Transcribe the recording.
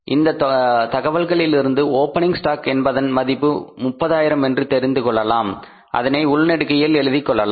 இந்த தகவல்களிலிருந்து opening stock என்பதன் மதிப்பு 30000 என்று தெரிந்து கொள்ளலாம் அதனை உள்நெடுக்கையில் எழுதிக் கொள்ளுங்கள்